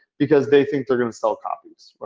because they think they're going to sell copies.